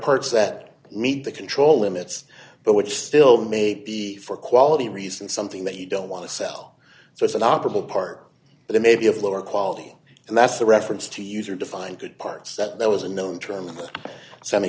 parts that meet the control limits but which still may be for quality reason something that you don't want to sell so it's an operable part but it may be of lower quality and that's the reference to user defined good parts that there was a known term in the semi